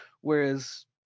whereas